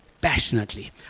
passionately